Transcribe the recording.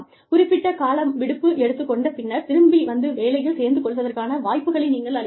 குறிப்பிட்ட காலம் விடுப்பு எடுத்துக் கொண்ட பின்னர் திரும்பி வந்து வேலையில் சேர்ந்து கொள்வதற்கான வாய்ப்புகளை நீங்கள் அளிக்கலாம்